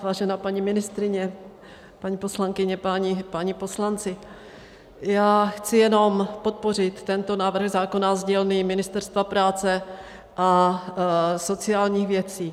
Vážená paní ministryně, paní poslankyně, páni poslanci, já chci jenom podpořit tento návrh zákona z dílny Ministerstva práce a sociálních věcí.